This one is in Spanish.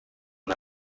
una